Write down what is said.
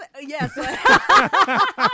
yes